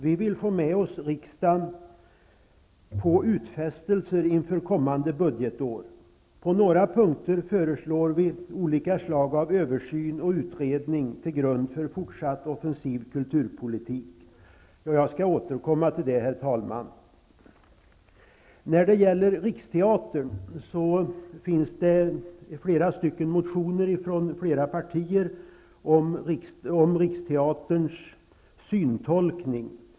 Vi vill få med oss riksdagen på utfästelser inför kommande budgetår. På några punkter föreslår vi olika slag av översyn och utredning till grund för en fortsatt offensiv kulturpolitik. Jag skall återkomma till det, herr talman. När det gäller Riksteatern finns det motioner från flera partier om Riksteaterns tolkning.